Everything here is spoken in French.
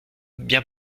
bien